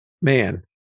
man